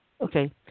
Okay